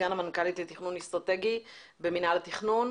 סגן מנכ"לית לתכנון אסטרטגי במינהל התכנון.